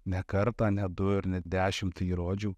ne kartą ne du ar net dešimt įrodžiau